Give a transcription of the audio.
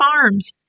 Farms